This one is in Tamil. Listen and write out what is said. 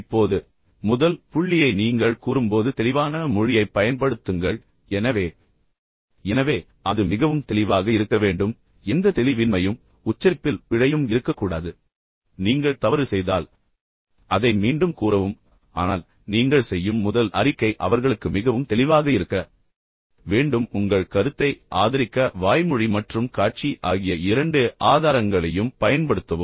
இப்போது முதல் புள்ளியை நீங்கள் கூறும்போது தெளிவான மொழியைப் பயன்படுத்துங்கள் எனவே எனவே அது மிகவும் தெளிவாக இருக்க வேண்டும் எந்த தெளிவின்மையும் உச்சரிப்பில் பிழையும் இருக்கக்கூடாது நீங்கள் தவறு செய்தால் அதை மீண்டும் கூறவும் ஆனால் நீங்கள் செய்யும் முதல் அறிக்கை அவர்களுக்கு மிகவும் தெளிவாக இருக்க வேண்டும் உங்கள் கருத்தை ஆதரிக்க வாய்மொழி மற்றும் காட்சி ஆகிய இரண்டு ஆதாரங்களையும் பயன்படுத்தவும்